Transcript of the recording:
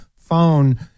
phone